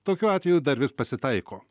tokių atvejų dar vis pasitaiko